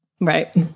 Right